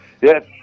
Yes